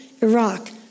Iraq